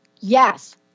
Yes